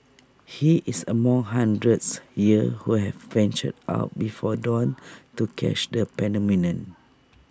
he is among hundreds here who have ventured out before dawn to catch the phenomenon